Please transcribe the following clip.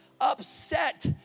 upset